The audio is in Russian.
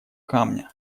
камня